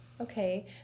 okay